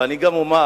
אבל אני גם אומר